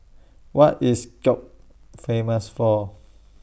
What IS Skopje Famous For